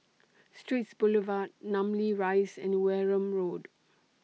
Straits Boulevard Namly Rise and Wareham Road